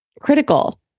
critical